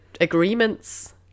agreements